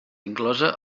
inclosa